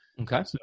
Okay